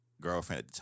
girlfriend